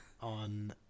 on